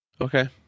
Okay